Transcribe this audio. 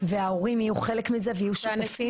וההורים יהיו חלק מזה ויהיו שותפים.